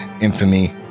infamy